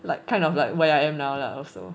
like kind of like where I am now lah also